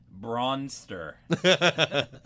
Bronster